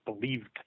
believed